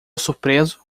surpreso